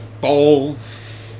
balls